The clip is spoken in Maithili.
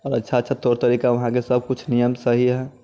आओर अच्छा अच्छा तौर तरीका वहाँके सब किछु नियम सही हय